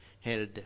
held